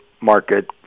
market